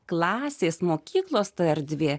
klasės mokyklos ta erdvė